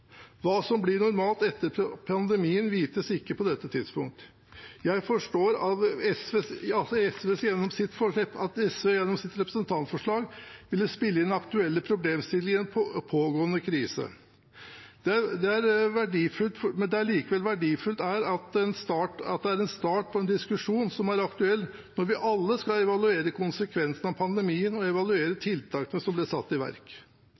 Hva som blir normalt etter pandemien, vites ikke på dette tidspunkt. Jeg forstår at SV gjennom sitt representantforslag ville spille inn aktuelle problemstillinger i en pågående krise. Det er likevel verdifullt som en start på en diskusjon som er aktuell når vi alle skal evaluere konsekvensene av pandemien og tiltakene som ble satt i verk.